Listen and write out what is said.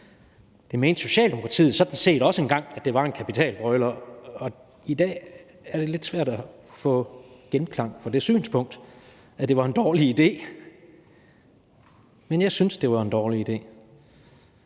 jeg blankt. Socialdemokratiet mente sådan set også engang, at det var en kapitalbrøler, og i dag er det lidt svært at få genklang for det synspunkt, at det var en dårlig idé, men jeg synes, det var en dårlig idé.